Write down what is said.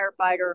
firefighter